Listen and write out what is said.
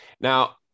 Now